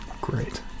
Great